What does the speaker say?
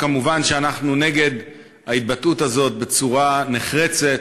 מובן שאנחנו נגד ההתבטאות הזאת בצורה נחרצת,